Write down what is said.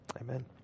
Amen